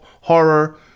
horror